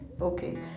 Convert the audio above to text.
okay